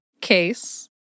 case